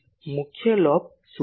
મુખ્ય લોબ શું છે